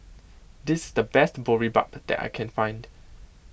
this is the best Boribap that I can find